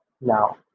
Now